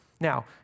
Now